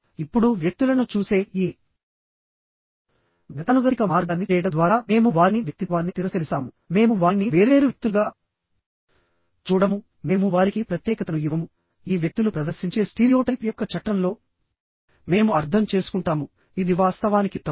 ఇప్పుడువ్యక్తులను చూసే ఈ గతానుగతిక మార్గాన్ని చేయడం ద్వారా మేము వారిని వ్యక్తిత్వాన్ని తిరస్కరిస్తాముమేము వారిని వేర్వేరు వ్యక్తులుగా చూడము మేము వారికి ప్రత్యేకతను ఇవ్వముఈ వ్యక్తులు ప్రదర్శించే స్టీరియోటైప్ యొక్క చట్రంలో మేము అర్థం చేసుకుంటాము ఇది వాస్తవానికి తప్పు